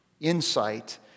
insight